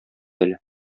әле